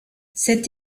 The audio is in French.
cet